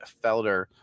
felder